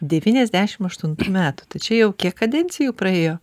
devyniasdešim aštuntų metų tai čia jau kiek kadencijų praėjo